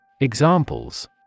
Examples